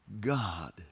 God